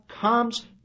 comes